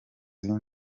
zina